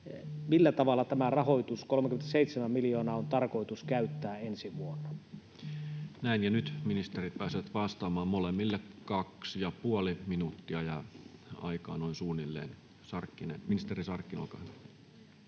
millä tavalla tämä rahoitus, 37 miljoonaa, on tarkoitus käyttää ensi vuonna? Näin. — Ja nyt ministerit pääsevät vastaamaan. Molemmille kaksi ja puoli minuuttia jää aikaa noin suunnilleen. — Ministeri Sarkkinen, olkaa hyvä.